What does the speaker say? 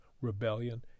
rebellion